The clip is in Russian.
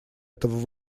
этого